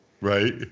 right